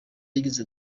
yagize